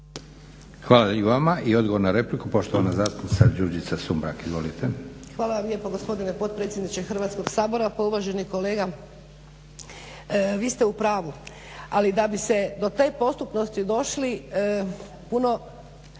Hvala i vama. I odgovor na repliku poštovana zastupnica Đurđica Sumrak. Izvolite. **Sumrak, Đurđica (HDZ)** Hvala vam lijepo gospodine potpredsjedniče Hrvatskog sabora. Pa uvaženi kolega, vi ste u pravu. Ali da biste do te postupnosti došli puno